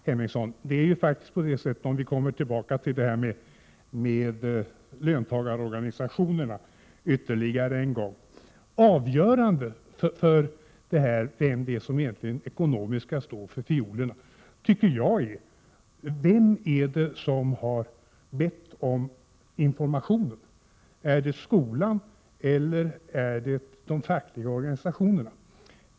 Herr talman! För att ytterligare en gång återkomma till frågan om löntagarorganisationerna anser jag att det avgörande i frågan om vem som skall stå för fiolerna är vem det är som bett att få lämna information. Är det skolan eller är det de fackliga organisationerna?